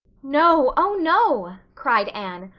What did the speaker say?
no, oh no, cried anne,